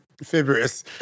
Fibrous